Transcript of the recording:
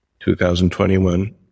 2021